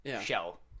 shell